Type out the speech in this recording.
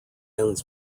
ends